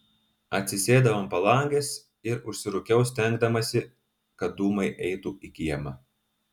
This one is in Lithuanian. atsisėdau ant palangės ir užsirūkiau stengdamasi kad dūmai eitų į kiemą